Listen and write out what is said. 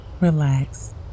Relax